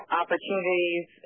opportunities